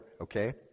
okay